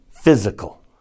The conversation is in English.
Physical